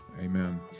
Amen